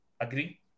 Agree